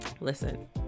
Listen